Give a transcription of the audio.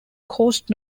coast